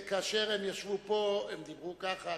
כאשר הם ישבו פה הם דיברו ככה,